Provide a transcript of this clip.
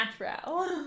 natural